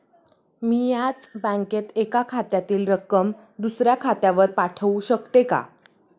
मी याच बँकेत एका खात्यातील रक्कम दुसऱ्या खात्यावर पाठवू शकते का?